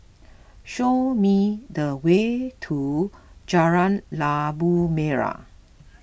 show me the way to Jalan Labu Merah